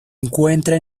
encuentra